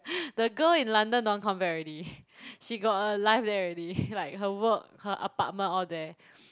the girl in London don't want come back already she got a life there already like her work her apartment all there